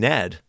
Ned